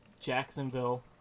Jacksonville